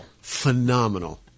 Phenomenal